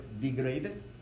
degraded